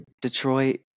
Detroit